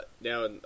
Now